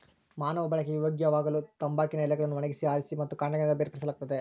ಮಾನವ ಬಳಕೆಗೆ ಯೋಗ್ಯವಾಗಲುತಂಬಾಕಿನ ಎಲೆಗಳನ್ನು ಒಣಗಿಸಿ ಆರಿಸಿ ಮತ್ತು ಕಾಂಡಗಳಿಂದ ಬೇರ್ಪಡಿಸಲಾಗುತ್ತದೆ